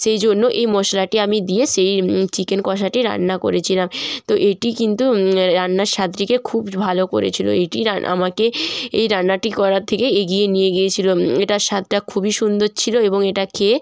সেই জন্য এই মশলাটি আমি দিয়ে সেই চিকেন কষাটি রান্না করেছিলাম তো এটি কিন্তু রান্নার স্বাদটিকে খুব ভালো করেছিল এটি আমাকে এই রান্নাটি করার থেকে এগিয়ে নিয়ে গিয়েছিল এটার স্বাদটা খুবই সুন্দর ছিল এবং এটা খেয়ে